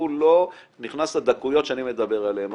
הוא לא נכנס לדקויות שאני מדבר עליהן עכשיו,